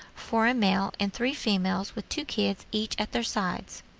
for a male and three females with two kids each at their sides,